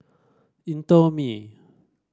indomie